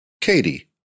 Katie